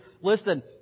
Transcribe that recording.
Listen